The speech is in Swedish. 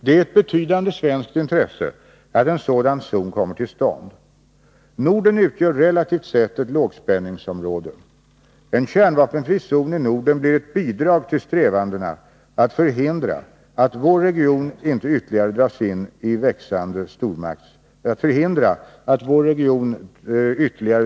Det är ett betydande svenskt intresse att en sådan zon kommer till stånd. Norden utgör relativt sett ett lågspänningsområde. En kärnvapenfri zon i Norden blir ett bidrag till strävandena att förhindra att vår region ytterligare dras in i växande stormaktsmotsättningar.